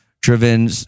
driven